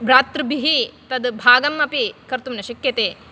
भ्रातृभिः तद् भागमपि कर्तुं न शक्यते